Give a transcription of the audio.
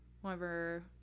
whenever